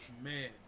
man